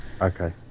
Okay